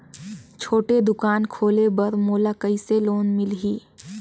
छोटे दुकान खोले बर मोला कइसे लोन मिलही?